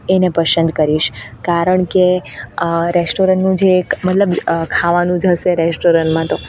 એને પસંદ કરીશ કારણ કે રેસ્ટોરન્ટનું જે એક મતલબ ખાવાનું જ હશે રેસ્ટોરન્ટમાં તો